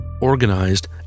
organized